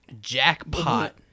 jackpot